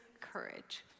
courage